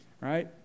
right